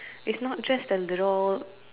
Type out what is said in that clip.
it's not just the little